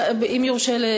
אם יורשה לי,